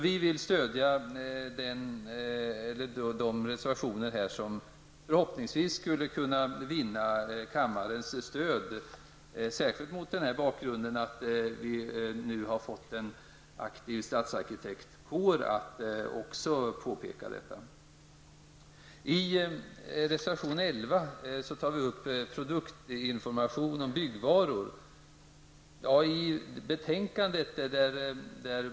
Vi vill stödja de reservationer som förhoppningsvis vinner kammarens stöd, särskilt med tanke på att vi nu har fått en aktiv stadsarkitektkår som också påpekar detta. I reservation 11 tags produktinformation om byggvaror upp.